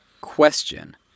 question